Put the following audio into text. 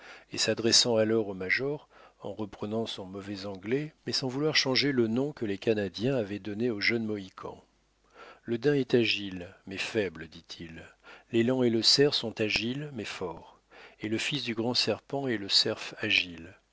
et s'adressant alors au major en reprenant son mauvais anglais mais sans vouloir changer le nom que les canadiens avaient donné au jeune mohican le daim est agile mais faible dit-il l'élan et le cerf sont agiles mais forts et le fils du grand serpent est le cerfagile a-t-il